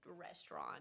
restaurant